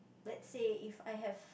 let's say if I have